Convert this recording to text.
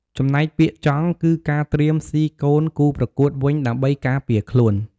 ចំណែកពាក្យ ចង់ គឺការត្រៀមស៊ីកូនគូប្រកួតវិញដើម្បីការពារខ្លួន។